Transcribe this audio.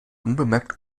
unbemerkt